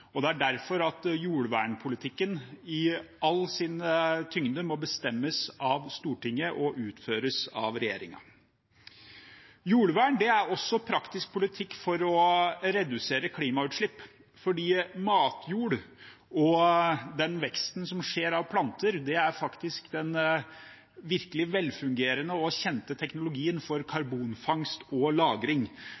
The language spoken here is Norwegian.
og det er derfor jordvernpolitikken i all sin tyngde må bestemmes av Stortinget og utføres av regjeringen. Jordvern er også praktisk politikk for å redusere klimautslipp, for matjord og den veksten som skjer av planter, er faktisk den virkelig velfungerende og kjente teknologien for